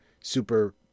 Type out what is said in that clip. super